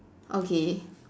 okay